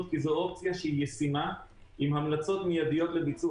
ואני מקווה שבאמת זה יקרה בקרוב.